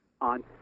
on